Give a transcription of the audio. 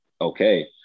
okay